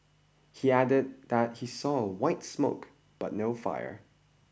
he added that he saw white smoke but no fire